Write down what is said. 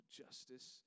justice